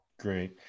great